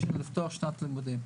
לפתוח את שנת הלימודים.